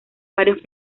varios